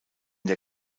der